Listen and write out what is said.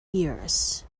ears